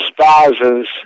spouses